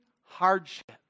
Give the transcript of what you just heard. hardship